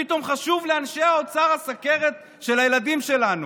פתאום חשוב לאנשי האוצר הסוכרת של הילדים שלנו.